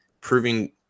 proving